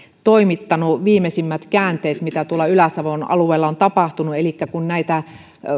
toimittanut tiedot viimeisimmistä käänteistä mitä tuolla ylä savon alueella on tapahtunut elikkä kun näitä